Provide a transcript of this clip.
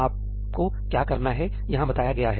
आप को क्या करना है यहां बताया गया है